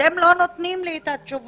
אתם לא נותנים לי את התשובות